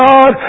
God